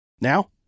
Now